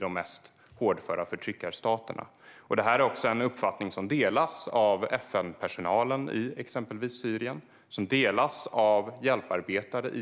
Denna uppfattning delas också av FN-personal, hjälparbetare och